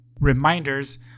reminders